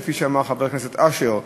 כפי שאמר חבר הכנסת אשר,